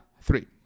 three